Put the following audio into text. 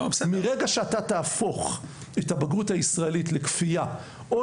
ברגע שאתה תהפוך את הבגרות הישראלית לכפייה או